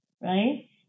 right